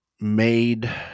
made